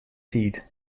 tiid